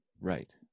Right